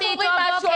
אנחנו אומרים משהו,